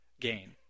gain